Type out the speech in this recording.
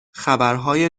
خبرهای